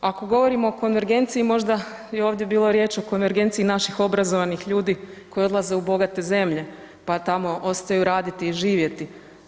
Ako govorimo o konvergenciji, možda je ovdje bilo riječ o konvergenciji naših obrazovanih ljudi koji odlaze u bogate zemlje, pa tamo ostaju raditi i živjeti.